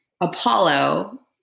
Apollo